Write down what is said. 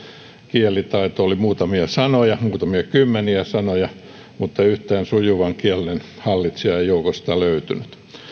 kielitaito oli muutamia sanoja muutamia kymmeniä sanoja mutta yhtään sujuvan kielen hallitsijaa ei joukosta löytynyt